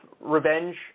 revenge